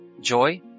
joy